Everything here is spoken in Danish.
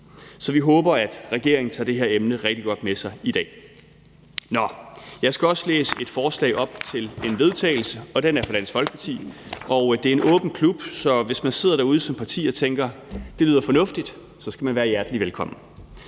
Så vi håber, at regeringen tager det her emne rigtig godt med sig i dag. Jeg skal også læse følgende forslag til vedtagelse op, og det er fra Dansk Folkeparti – og det er en åben klub, så hvis man sidder derude som parti og tænker, at det lyder fornuftigt, så skal man være hjertelig velkommen: